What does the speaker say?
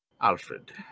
Alfred